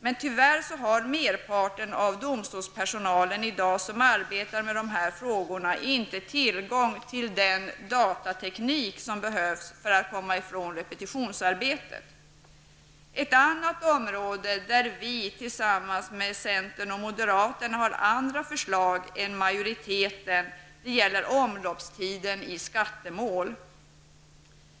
Men tyvärr har merparten av den domstolspersonal som i dag arbetar med dessa frågor inte tillgång till den datateknik som behövs för att komma ifrån repetitionsarbetet. Ett annat område där vi tillsammans med centern och moderaterna har andra förslag än majoriteten gäller omloppstiden i skattemål.